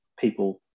people